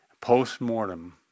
post-mortem